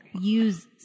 use